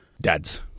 dads